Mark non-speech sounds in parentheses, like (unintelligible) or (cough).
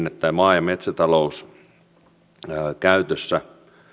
(unintelligible) että maa ja metsätalouskäytössä